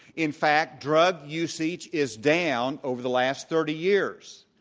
in fact, drug usage is down over the last thirty years.